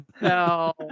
No